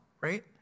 right